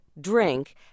drink